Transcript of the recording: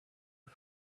her